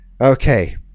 Okay